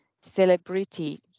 celebrity